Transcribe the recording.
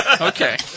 Okay